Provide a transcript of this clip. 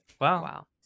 Wow